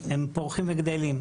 פורחים וגדלים,